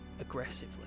aggressively